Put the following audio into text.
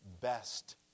best